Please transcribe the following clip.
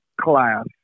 class